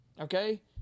okay